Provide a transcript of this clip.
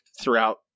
throughout